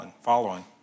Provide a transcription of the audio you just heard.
following